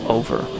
over